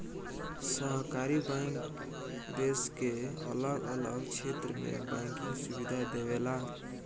सहकारी बैंक देश के अलग अलग क्षेत्र में बैंकिंग सुविधा देवेला